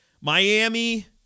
Miami